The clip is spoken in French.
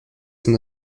son